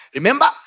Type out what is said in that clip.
Remember